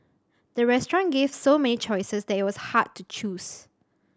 the restaurant gave so many choices that it was hard to choose